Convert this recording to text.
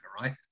right